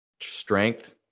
strength